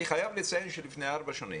אני חייב לציין שלפני ארבע שנים,